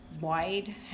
wide